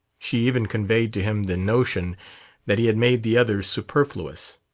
she even conveyed to him the notion that he had made the others superfluous.